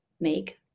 make